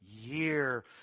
year